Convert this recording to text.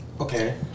okay